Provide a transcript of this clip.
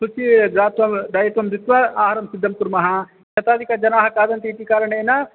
सूची दत्व व दत्वा दत्वा आहारं सिद्धं कुर्मः शताधिकजनाः खादन्ति इति कारणेन